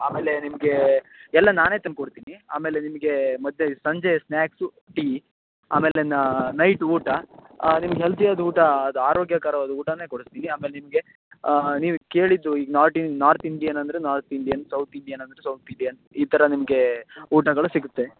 ಆಮೇಲೆ ನಿಮ್ಗೆ ಎಲ್ಲ ನಾನೇ ತಂದುಕೊಡ್ತೀನಿ ಆಮೇಲೆ ನಿಮ್ಗೆ ಮಧ್ಯೆ ಸಂಜೆ ಸ್ನ್ಯಾಕ್ಸು ಟೀ ಆಮೇಲೆ ನಾ ನೈಟ್ ಊಟ ನಿಮ್ಗೆ ಹೆಲ್ತಿಯಾದ ಊಟ ಅದು ಆರೋಗ್ಯಕರವಾದ ಊಟನೇ ಕೊಡಿಸ್ತೀನಿ ಆಮೇಲೆ ನಿಮಗೆ ನೀವು ಕೇಳಿದ್ದು ಈಗ ನೋಟಿ ನಾರ್ತ್ ಇಂಡಿಯನ್ ಅಂದರೆ ನಾರ್ತ್ ಇಂಡಿಯನ್ ಸೌತ್ ಇಂಡಿಯನ್ ಅಂದರೆ ಸೌತ್ ಇಂಡಿಯನ್ ಈ ಥರ ನಿಮ್ಗೆ ಊಟಗಳು ಸಿಗುತ್ತೆ